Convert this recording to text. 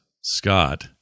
scott